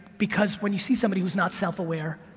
because when you see somebody who's not self-aware,